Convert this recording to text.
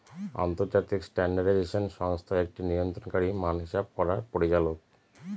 আন্তর্জাতিক স্ট্যান্ডার্ডাইজেশন সংস্থা একটি নিয়ন্ত্রণকারী মান হিসাব করার পরিচালক